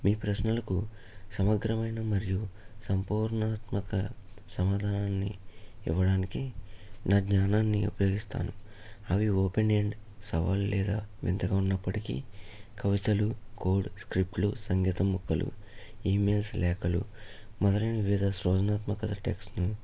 మీ ప్రశ్నలకు సమగ్రమైన మరియు సంపూర్ణాత్మక సమాదానాన్ని ఇవ్వడానికి నా జ్ఞానాన్ని ఉపయోగిస్తాను అవి ఓపెండెంట్ సవాల్ లేదా వింతగా ఉన్నప్పటికీ కవితలు కోడ్ స్క్రిప్ట్లు సంగీతం ముక్కలు ఈ మెయిల్స్ లేఖలు మొదలైన వివిద సృజనాత్మక టెక్స్ట్ను